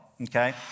okay